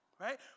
right